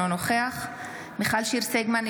אינו נוכח מיכל שיר סגמן,